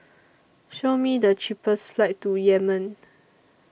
Show Me The cheapest flights to Yemen